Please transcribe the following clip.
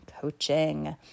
coaching